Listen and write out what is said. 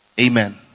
amen